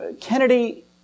Kennedy